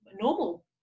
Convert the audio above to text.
normal